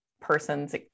person's